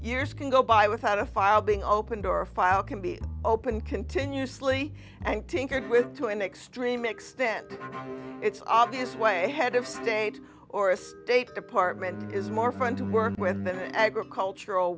years can go by without a file being opened or a file can be opened continuously and tinkered with to an extreme extent it's obvious way head of state or a state department is more fun to work with than an agricultural